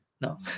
No